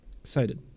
excited